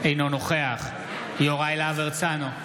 אינו נוכח יוראי להב הרצנו,